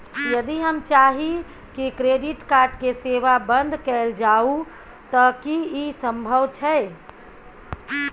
यदि हम चाही की क्रेडिट कार्ड के सेवा बंद कैल जाऊ त की इ संभव छै?